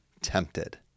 tempted